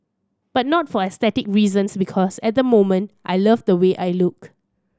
but not for aesthetic reasons because at the moment I love the way I look